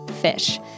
Fish